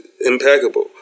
impeccable